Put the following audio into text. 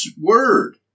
word